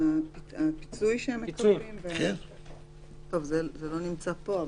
פיצוי, אבל זה לא לפה.